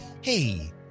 Hey